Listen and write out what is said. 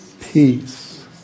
peace